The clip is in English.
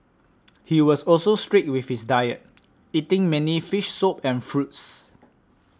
he was also strict with his diet eating mainly fish soup and fruits